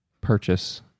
purchase